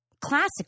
classic